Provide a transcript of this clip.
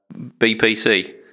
BPC